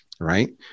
Right